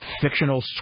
fictional